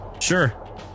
Sure